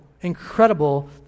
incredible